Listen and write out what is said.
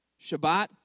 Shabbat